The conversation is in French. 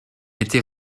était